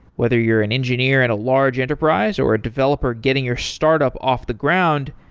whether you're an engineer at a large enterprise, or a developer getting your startup off the ground,